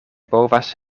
povas